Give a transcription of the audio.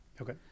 Okay